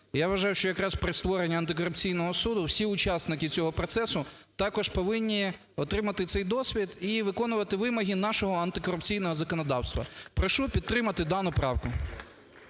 Я вважаю, що якраз при створенні антикорупційного суду всі учасники цього процесу також повинні отримати цей досвід і виконувати вимоги нашого антикорупційного законодавства. Прошу підтримати дану правку.